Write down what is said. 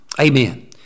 Amen